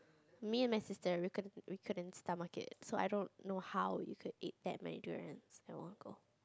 me and my sister we couldn't we couldn't stomach it so I don't know how you can eat that many durians at one go